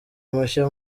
mushya